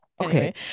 Okay